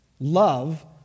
love